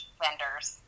vendors